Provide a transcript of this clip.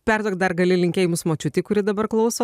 perduok dar gali linkėjimus močiutei kuri dabar klauso